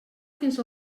fins